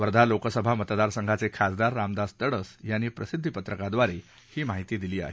वर्धा लोकसभा मतदार संघाचे खासदार रामदास तडस यांनी प्रसिध्दी पत्रकाव्दारे ही माहिती दिली आहे